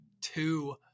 two